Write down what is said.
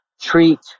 treat